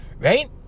right